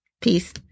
Peace